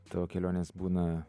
tavo kelionės būna